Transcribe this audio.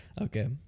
Okay